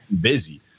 busy